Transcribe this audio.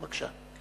בבקשה.